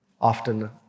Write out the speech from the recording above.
often